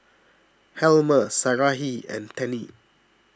Helmer Sarahi and Tennie